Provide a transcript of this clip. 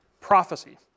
prophecy